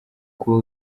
kuba